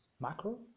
macro